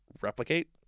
Replicate